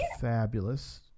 fabulous